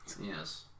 Yes